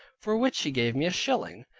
for which he gave me a shilling.